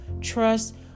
Trust